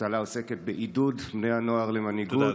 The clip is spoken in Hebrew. צהלה עוסקת בעידוד בני הנוער למנהיגות,